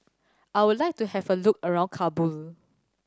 I would like to have a look around Kabul